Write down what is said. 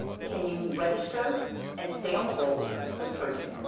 can you register and stay on the rolls, so purging?